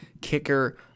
kicker